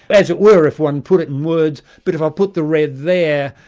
as it were if one put it in words, but if i put the red there,